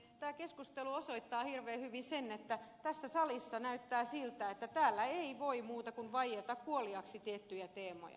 tämä keskustelu osoittaa hirveän hyvin sen että tässä salissa näyttää siltä että täällä ei voi muuta kuin vaieta kuoliaaksi tiettyjä teemoja